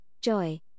joy